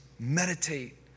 Meditate